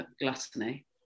gluttony